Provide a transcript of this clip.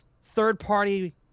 third-party